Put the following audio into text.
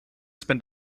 spend